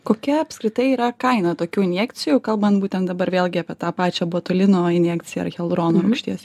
kokia apskritai yra kaina tokių injekcijų kalban būtent dabar vėlgi apie tą pačią botulino injekciją hialurono rūgšties